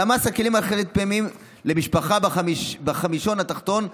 על המס על כלים חד-פעמיים למשפחה בחמישון התחתון,